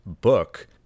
book